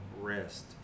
rest